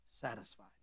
satisfied